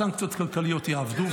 סנקציות כלכליות יעבדו,